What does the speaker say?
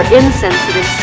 insensitive